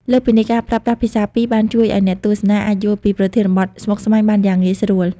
លើសពីនេះ ការប្រើប្រាស់ភាសាពីរបានជួយឱ្យអ្នកទស្សនាអាចយល់ពីប្រធានបទស្មុគស្មាញបានយ៉ាងងាយស្រួល។